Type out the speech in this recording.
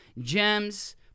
gems